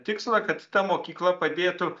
tikslą kad ta mokykla padėtų